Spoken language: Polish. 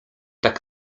tak